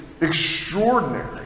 extraordinary